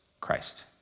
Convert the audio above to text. Christ